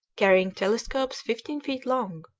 carrying telescopes fifteen feet long.